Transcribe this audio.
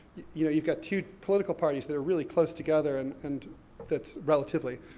you know you've got two political parties that are really close together, and and that's, relatively,